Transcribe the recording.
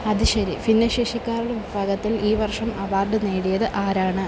അതുശരി ഭിന്നശേഷിക്കാരുടെ വിഭാഗത്തിൽ ഈ വർഷം അവാർഡ് നേടിയത് ആരാണ്